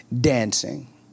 dancing